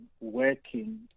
working